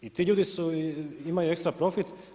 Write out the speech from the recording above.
I ti ljudi imaju ekstra profit.